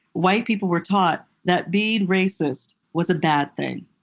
white people were taught that being racist was a bad thing.